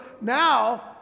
now